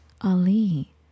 Ali